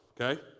okay